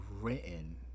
written